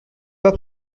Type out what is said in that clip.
pas